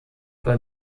bei